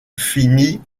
définie